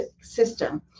system